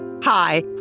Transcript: Hi